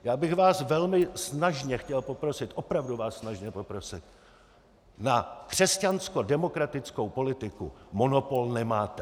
Já bych vás velmi snažně chtěl poprosit, opravdu vás snažně poprosit, na křesťanskodemokratickou politiku monopol nemáte.